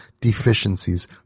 deficiencies